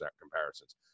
comparisons